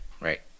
right